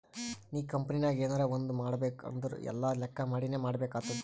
ನೀ ಕಂಪನಿನಾಗ್ ಎನರೇ ಒಂದ್ ಮಾಡ್ಬೇಕ್ ಅಂದುರ್ ಎಲ್ಲಾ ಲೆಕ್ಕಾ ಮಾಡಿನೇ ಮಾಡ್ಬೇಕ್ ಆತ್ತುದ್